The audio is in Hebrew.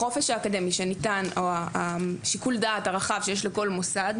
החופש האקדמי שניתן או שיקול הדעת הרחב שיש לכל מוסד,